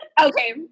okay